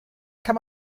kann